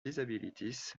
disabilities